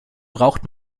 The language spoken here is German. braucht